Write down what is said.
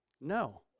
No